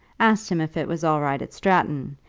asked him if it was all right at stratton,